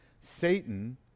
Satan